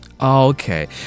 Okay